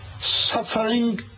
suffering